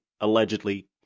allegedly